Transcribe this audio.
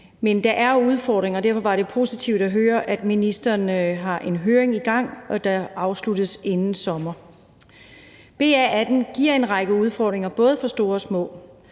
Men der er udfordringer, og derfor var det positivt at høre, at ministeren har en høring i gang, der afsluttes inden sommer. BR18 giver en række udfordringer, både for store og små